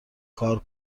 کار